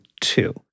two